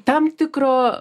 tam tikro